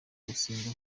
gusenga